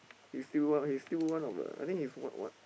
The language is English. he's still one he's still one of the I think he's one one